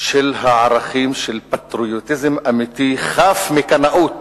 של הערכים של פטריוטיזם אמיתי חף מקנאות